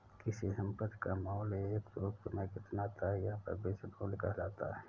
किसी संपत्ति का मूल्य एक वक़्त में कितना था यह भविष्य मूल्य कहलाता है